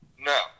No